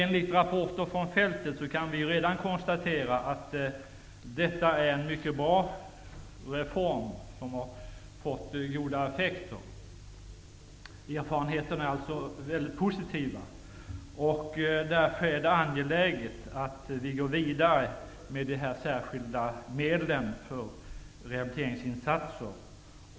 Enligt rapporter från fältet kan vi redan nu konstatera att detta är en mycket bra reform, som har fått goda effekter. Erfarenheterna är alltså mycket positiva. Därför är det angeläget att gå vidare med de särskilda medlen för rehabiliteringsinsatser.